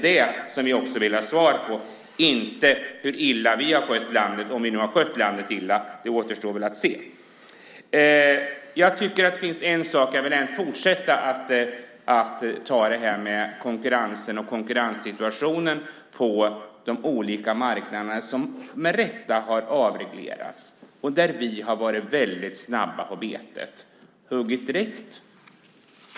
Det vill vi ha svar på, inte hur illa vi har skött landet - om vi nu har gjort det, det återstår att se. Jag vill fortsätta med konkurrensen och konkurrenssituationen på de olika marknaderna, som med rätta har avreglerats. Där har vi varit snabba på betet och huggit direkt.